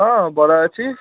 ହଁ ବରା ଅଛି